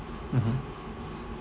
mmhmm